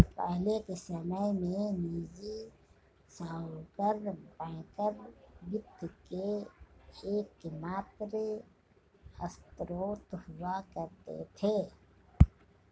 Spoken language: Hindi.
पहले के समय में निजी साहूकर बैंकर वित्त के एकमात्र स्त्रोत हुआ करते थे